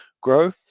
grow